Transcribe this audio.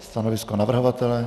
Stanovisko navrhovatele?